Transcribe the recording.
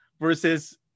versus